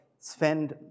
spend